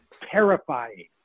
terrifying